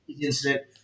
incident